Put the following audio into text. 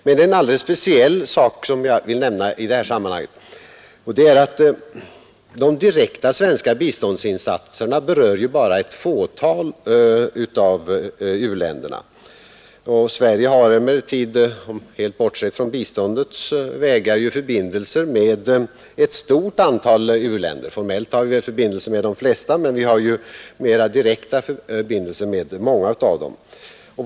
Men det är en alldeles speciell sak som jag vill nämna i det sammanhanget, och det är att de direkta svenska biståndsinsatserna bara berör ett fåtal av u-länderna. Sverige har emellertid — helt bortsett från biståndets vägar — förbindelser med ett stort antal u-länder. Formellt har vi väl förbindelser med de flesta, men vi har ju mera direkta förbindelser med många av dem.